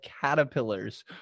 caterpillars